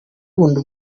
gukunda